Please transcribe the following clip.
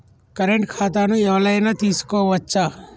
Current ఖాతాను ఎవలైనా తీసుకోవచ్చా?